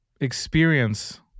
experience